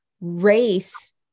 race